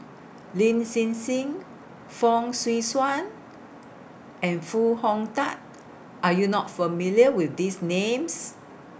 Lin Hsin Hsin Fong Swee Suan and Foo Hong Tatt Are YOU not familiar with These Names